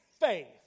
faith